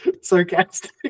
sarcastic